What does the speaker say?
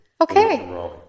Okay